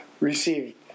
received